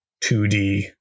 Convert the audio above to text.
2d